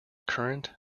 current